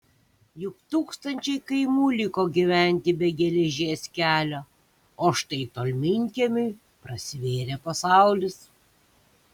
juk tūkstančiai kaimų liko gyventi be geležies kelio o štai tolminkiemiui prasivėrė pasaulis